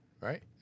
Right